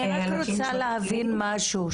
אני רק רוצה להבין משהו.